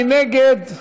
מי נגד?